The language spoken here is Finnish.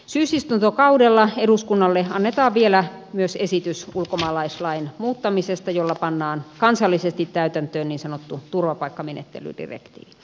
syysistuntokaudella eduskunnalle annetaan vielä myös esitys ulkomaalaislain muuttamisesta jolla pannaan kansallisesti täytäntöön niin sanottu turvapaikkamenettelydirektiivi